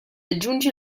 aggiunge